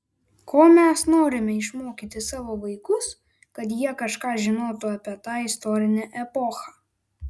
ko mes norime išmokyti savo vaikus kad jie kažką žinotų apie tą istorinę epochą